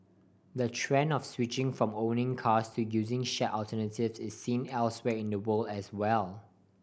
the trend of switching from owning cars to using shared alternatives is seen elsewhere in the world as well